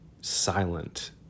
silent